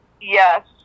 Yes